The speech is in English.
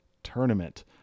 tournament